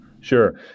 Sure